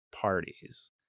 parties